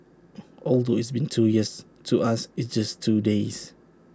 although it's been two years to us it's just two days